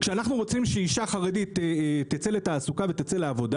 כשאנחנו רוצים שאישה חרדית תצא לתעסוקה ותצא לעבודה,